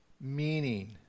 meaning